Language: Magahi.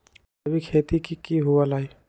जैविक खेती की हुआ लाई?